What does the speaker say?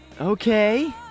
Okay